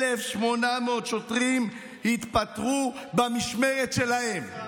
1,800 שוטרים התפטרו במשמרת שלכם?